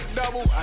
double